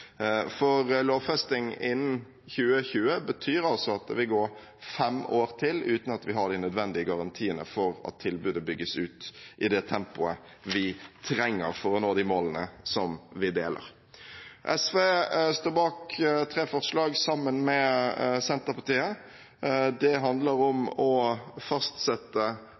for lovfesting innen 2020 betyr altså at det vil gå fem år til, uten at vi har de nødvendige garantiene for at tilbudet bygges ut i det tempoet vi trenger for å nå de målene som vi deler. SV står bak tre forslag sammen med Senterpartiet. Det handler om å fastsette